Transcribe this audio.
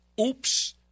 oops